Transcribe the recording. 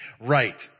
right